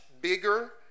bigger